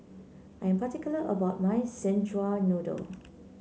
I am particular about my Szechuan Noodle